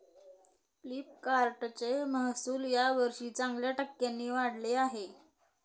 फ्लिपकार्टचे महसुल यावर्षी चांगल्या टक्क्यांनी वाढले आहे